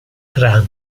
clan